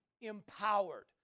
empowered